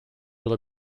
will